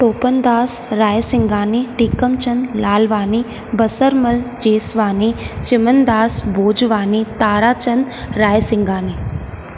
Topan Das Raisinghani Tekam Chand Lalwani Basarmal Jeswani Chaman Das Bhojwani Tara Chand Raisinghani